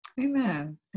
Amen